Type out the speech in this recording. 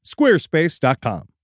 Squarespace.com